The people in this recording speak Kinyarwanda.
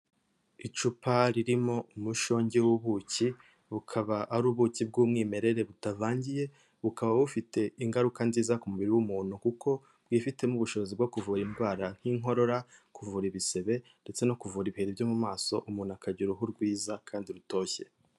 Icupa ririmo umushongi w'ubuki, bukaba ari ubuki bw'umwimerere butavangiye, bukaba bufite ingaruka nziza ku mubiri w'umuntu kuko bwifitemo ubushobozi bwo kuvura indwara nk'inkorora, kuvura ibisebe ndetse no kuvura ibiheri byo mu maso, umuntu akagira uruhu rwiza kandi rutoshye.